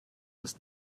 ist